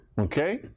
Okay